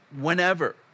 whenever